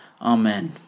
Amen